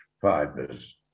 fibers